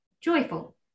joyful